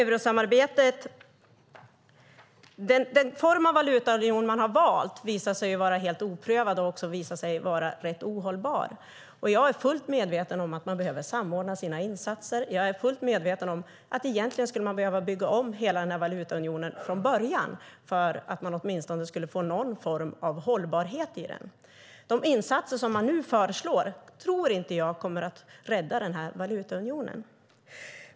Den form av valutaunion man har valt har visat sig vara helt oprövad, och den har också visat sig vara rätt ohållbar. Jag är fullt medveten om att man behöver samordna sina insatser. Jag är fullt medveten om att man egentligen skulle behöva bygga om hela valutaunionen från början för att få åtminstone någon form av hållbarhet i den. De insatser som man nu föreslår tror jag inte kommer att rädda valutaunionen.